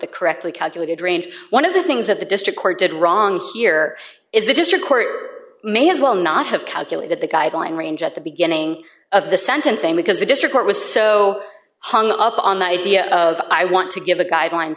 the correctly calculated range one of the things that the district court did wrong here is the district court may as well not have calculated the guideline range at the beginning of the sentencing because the district was so hung up on the idea of i want to give the guideline